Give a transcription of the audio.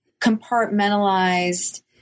compartmentalized